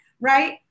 right